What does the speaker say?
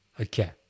Okay